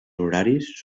horaris